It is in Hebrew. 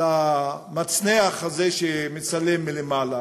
על המצנח הזה שמצלם מלמעלה,